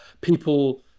people